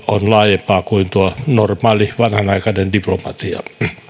on laajempaa kuin normaali vanhanaikainen diplomatia